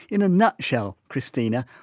in a nutshell, christina,